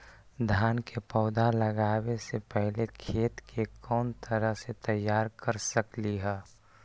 धान के पौधा लगाबे से पहिले खेत के कोन तरह से तैयार कर सकली ह?